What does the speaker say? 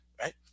Right